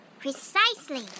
Precisely